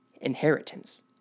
inheritance